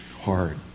hard